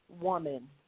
woman